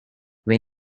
when